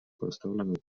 поставлены